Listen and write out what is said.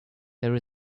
there